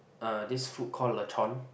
uh this food call lechon